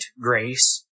grace